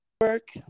work